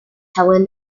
helen